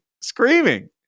screaming